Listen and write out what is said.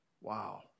Wow